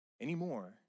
anymore